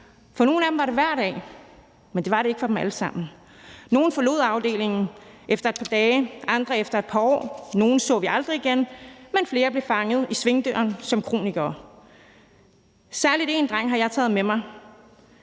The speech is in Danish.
For nogle af dem var det hver dag, men det var det ikke for dem alle sammen. Nogle forlod afdelingen efter et par dage, andre efter et par år. Nogle så vi aldrig igen, men flere blev fanget i svingdøren som kronikere. Særlig en dreng har jeg taget med mig.